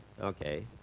Okay